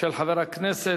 של חבר הכנסת